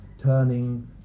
turning